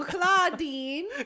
Claudine